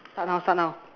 start now start now